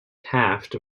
taft